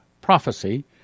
prophecy